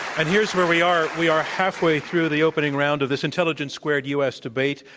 and here's where we are, we are halfway through the opening round of this intelligence squared u. s. debate.